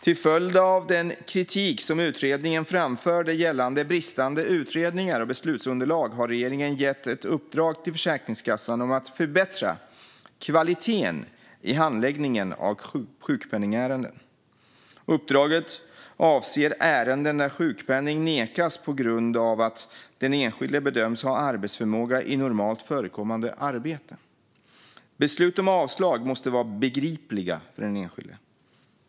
Till följd av den kritik som utredningen framförde gällande bristande utredningar och beslutsunderlag har regeringen gett ett uppdrag till Försäkringskassan om att förbättra kvaliteten i handläggningen av sjukpenningärenden. Uppdraget avser ärenden där sjukpenning nekas på grund av att den enskilde bedöms ha arbetsförmåga i ett normalt förekommande arbete. Beslut om avslag måste vara begripliga för den enskilde.